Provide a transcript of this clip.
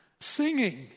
Singing